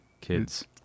Kids